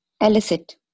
Elicit